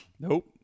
Nope